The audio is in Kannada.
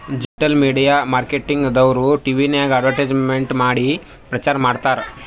ಡಿಜಿಟಲ್ ಮೀಡಿಯಾ ಮಾರ್ಕೆಟಿಂಗ್ ದವ್ರು ಟಿವಿನಾಗ್ ಅಡ್ವರ್ಟ್ಸ್ಮೇಂಟ್ ಮಾಡಿ ಪ್ರಚಾರ್ ಮಾಡ್ತಾರ್